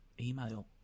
email